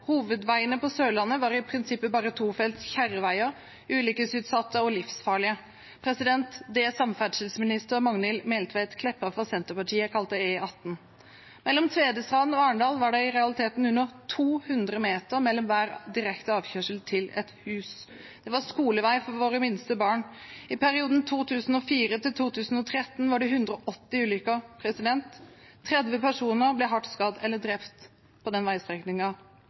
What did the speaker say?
Hovedveiene på Sørlandet var i prinsippet bare tofelts kjerreveier, ulykkesutsatte og livsfarlige – det samferdselsminister Magnhild Meltveit Kleppa fra Senterpartiet kalte E18. Mellom Tvedestrand og Arendal var det i realiteten under 200 meter mellom hver direkte avkjørsel til et hus. Det var skolevei for våre minste barn. I perioden 2004–2013 var det 180 ulykker. 30 personer ble hardt skadet eller drept på den